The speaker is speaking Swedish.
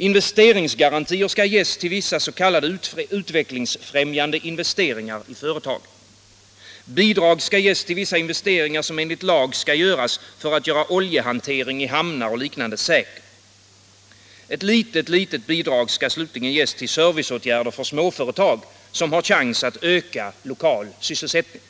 Investeringsgarantier skall ges till vissa s.k. ut — Vissa industri och vecklingsfrämjande investeringar i företagen. Bidrag skall ges till vissa — sysselsättningsstiinvesteringar, som enligt lag skall genomföras för att göra oljehanteringen = mulerande åtgäri hamnar och liknande arbeten säkrare. Ett litet, litet bidrag skall ges der, m.m. till serviceåtgärder för småföretag med chans att öka lokal sysselsättning.